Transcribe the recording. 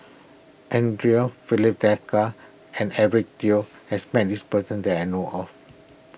andre Filipe Desker and Eric Teo has met this person that I know of